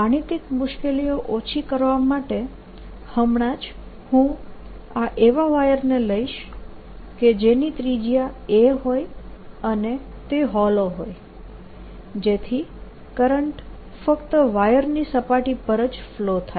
ગાણિતિક મુશ્કેલીઓ ઓછી કરવા માટે હમણાં જ હું આ એવા વાયરને લઈશ કે જેની ત્રિજ્યા a હોય અને તે હોલો હોય જેથી કરંટ ફક્ત વાયરની સપાટી પર જ ફ્લો થાય